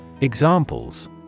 Examples